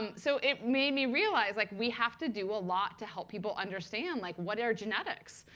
um so it made me realize, like we have to do a lot to help people understand like what are genetics.